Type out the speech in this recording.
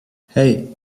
hey